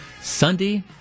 Sunday